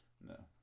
No